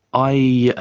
i,